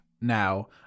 now